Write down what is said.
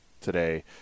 today